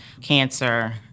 cancer